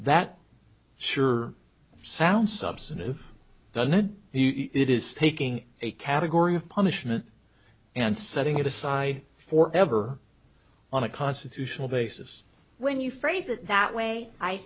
that sure sounds substantive doesn't it it is taking a category of punishment and setting it aside for ever on a constitutional basis when you phrase it that way i